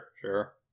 Sure